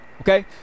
okay